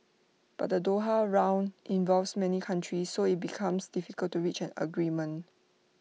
but the Doha round involves many countries so IT becomes difficult to reaching A agreement